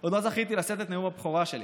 אפילו עוד לא זכיתי לשאת את נאום הבכורה שלי.